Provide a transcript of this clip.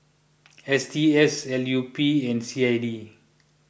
S T S L U P and C I D